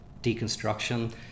deconstruction